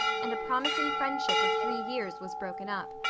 and a promising friendship of three years was broken up.